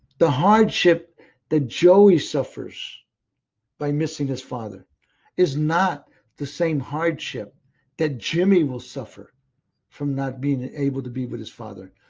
the hardship that joey suffers by missing his father is not the same hardship that jimmy will suffer from not being able to be with his father.